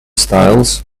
styles